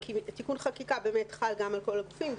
כי תיקון חקיקה באמת חל גם על כל הגופים.